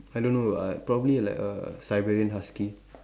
I don't know uh probably like a siberian husky